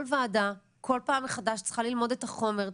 ועדה כל פעם מחדש צריכה ללמוד את החומר,